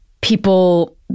people